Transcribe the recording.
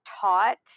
taught